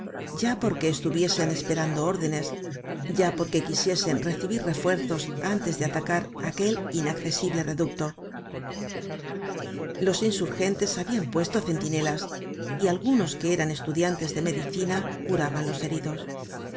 ya por que estuviesen esperando órdenes ya porque quisiesen recibir refuerzos antes de atacar aquel inaccesible reducto los insurgentes habian puesto centinelas y algunos que eran estudiantes de medicina curaban los heridos